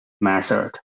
method